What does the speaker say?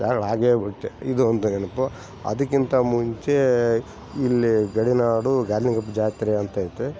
ಆಗೇಬಿಟ್ಟೆ ಇದು ಒಂದು ನೆನಪು ಅದಕ್ಕಿಂತ ಮುಂಚೇ ಇಲ್ಲಿ ಗಡಿನಾಡು ಗಾರ್ನಿಂಗಪ್ಪ ಜಾತ್ರೆ ಅಂತೈತೆ